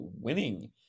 winning